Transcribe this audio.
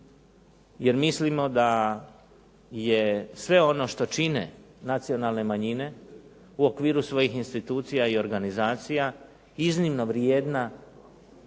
jer mislimo da je sve ono što čine nacionalne manjine u okviru svojih institucija i organizacija iznimno vrijedan